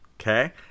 Okay